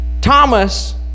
Thomas